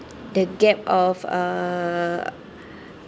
the gap of uh